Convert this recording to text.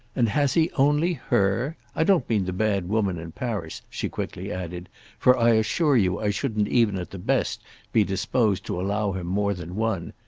and has he only her? i don't mean the bad woman in paris, she quickly added for i assure you i shouldn't even at the best be disposed to allow him more than one.